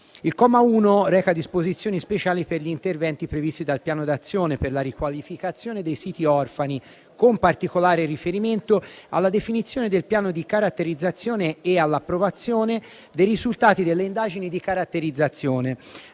Il comma 1 reca disposizioni speciali per gli interventi previsti dal Piano d'azione per la riqualificazione dei siti orfani, con particolare riferimento alla definizione del piano di caratterizzazione e all'approvazione dei risultati delle indagini di caratterizzazione,